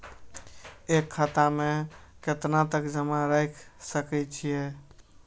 एक खाता में केतना तक जमा राईख सके छिए?